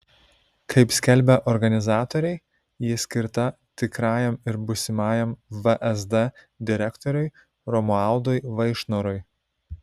kaip skelbia organizatoriai ji skirta tikrajam ir būsimajam vsd direktoriui romualdui vaišnorui